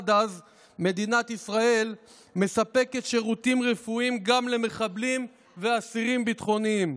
עד אז מדינת ישראל מספקת שירותים רפואיים גם למחבלים ואסירים ביטחוניים.